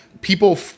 people